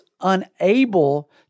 unable